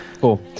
Cool